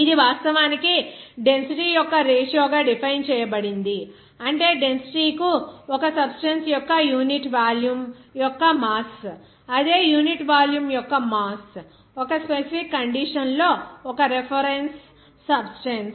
ఇది వాస్తవానికి డెన్సిటీ యొక్క రేషియో గా డిఫైన్ చేయబడింది అంటే డెన్సిటీ కు ఒక సబ్స్టెన్స్ యొక్క యూనిట్ వాల్యూమ్ యొక్క మాస్ అదే యూనిట్ వాల్యూమ్ యొక్క మాస్ ఒక స్పెసిఫిక్ కండిషన్ లో ఒక రిఫరెన్స్ సబ్స్టెన్స్